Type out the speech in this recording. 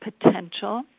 potential